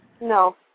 No